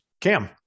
Cam